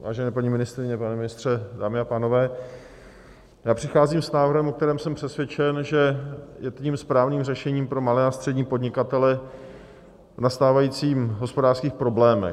Vážené paní ministryně, pane ministře, dámy a pánové, přicházím s návrhem, o kterém jsem přesvědčen, že je tím správným řešením pro malé a střední podnikatele v nastávajících hospodářských problémech.